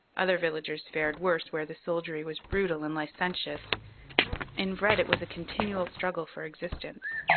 other villagers fared worse where the soldiery was brutal and licentious in vred it was a continual struggle for existence.